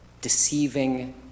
deceiving